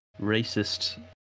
racist